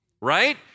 right